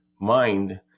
mind